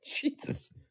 Jesus